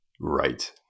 Right